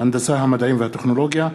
המדעים והטכנולוגיה),